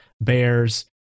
bears